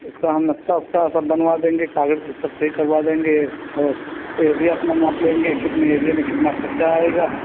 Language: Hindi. उसका हम नक्शा ओक्सा सब बनवा देंगे कागज पत्र सही करवा देंगे और एरिया अपना नाप लेंगे कितने एरिये में कितना खर्चा आएगा